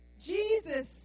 Jesus